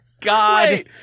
God